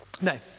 No